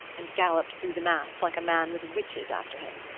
and galloped through the mass like a man with witches after him.